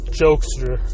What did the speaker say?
jokester